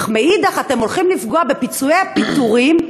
אך מאידך אתם הולכים לפגוע בפיצויי הפיטורים,